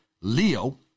Leo